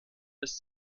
bis